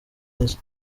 neza